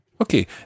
Okay